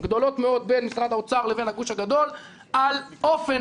גדולות מאוד בין משרד האוצר לבין הגוש הגדול על אופן